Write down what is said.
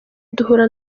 duhura